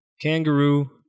kangaroo